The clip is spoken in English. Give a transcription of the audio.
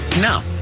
No